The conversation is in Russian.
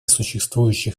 существующих